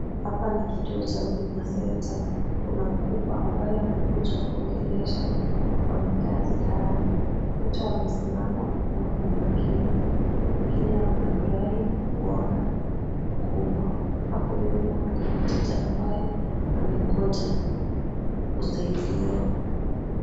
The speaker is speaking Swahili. Hapa ni kituo cha Huduma Center. Kuna mkubwa ambaye amekuja kuongelesha wafanyikazi hawa. Wote wamesimama na wako makini. Mwingine amefurahi kuona mkubwa. Hapo nyuma kuna wateja ambao wanangoja kusaidiwa.